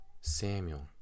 Samuel